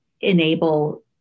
enable